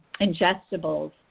ingestibles